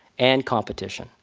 and competition,